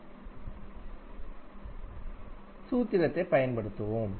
என்ற சூத்திரத்தைப் பயன்படுத்துவோம்